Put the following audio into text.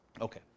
Okay